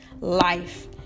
life